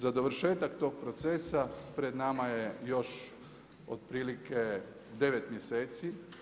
Za dovršetak tog procesa pred nama je još otprilike devet mjeseci.